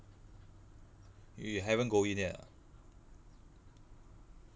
you haven't go in yet ah